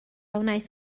wnaeth